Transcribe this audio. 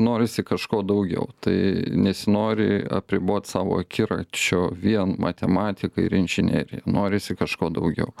norisi kažko daugiau tai nesinori apribot savo akiračio vien matematika ir inžinerija norisi kažko daugiau